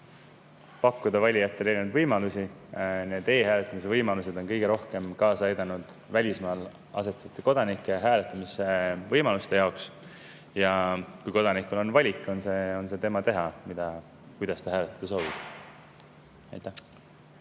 pakkuda valijatele erinevaid võimalusi. Need e‑hääletamise võimalused on kõige rohkem kaasa aidanud välismaal asuvate kodanike hääletamisvõimalusele. Kui kodanikul on valik, siis on see tema teha, kuidas ta hääletada soovib. Aitäh!